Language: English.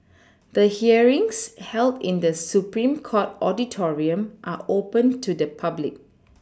the hearings held in the Supreme court auditorium are open to the public